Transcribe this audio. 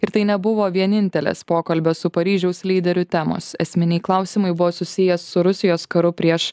ir tai nebuvo vienintelės pokalbio su paryžiaus lyderiu temos esminiai klausimai buvo susiję su rusijos karu prieš